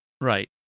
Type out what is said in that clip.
Right